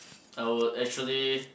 I would actually